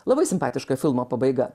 labai simpatiška filmo pabaiga